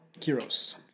Kiros